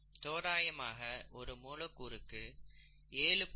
தோராயமாக ஒரு மூலக்கூறுக்கு 7